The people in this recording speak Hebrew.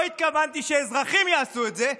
לא התכוונתי שאזרחים יעשו את זה,